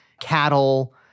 cattle